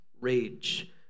rage